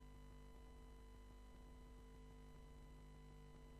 רבותי חברי הכנסת, תם סדר-היום.